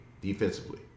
defensively